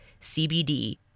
CBD